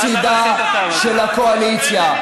שקט מוחלט בצידה של הקואליציה.